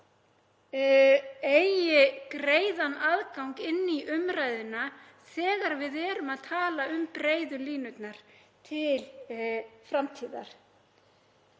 eigi greiðan aðgang inn í umræðuna þegar við erum að tala um breiðu línurnar til framtíðar.